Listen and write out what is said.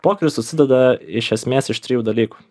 pokeris susideda iš esmės iš trijų dalykų